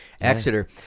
Exeter